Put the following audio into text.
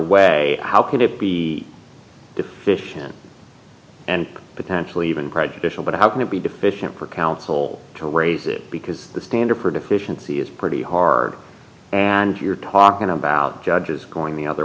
way how could it be deficient and potentially even prejudicial but how can it be deficient for counsel to raise it because the standard her deficiency is pretty hard and you're talking about judges going the other